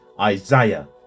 Isaiah